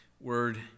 word